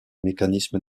mécanisme